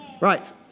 Right